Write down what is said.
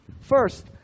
First